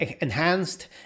enhanced